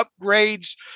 upgrades